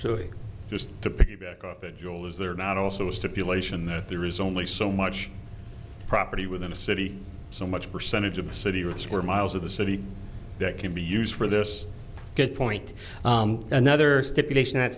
is there not also a stipulation that there is only so much property within a city so much percentage of the city of square miles of the city that can be used for this good point another stipulation that